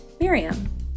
Miriam